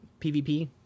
pvp